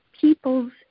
people's